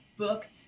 booked